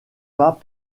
pas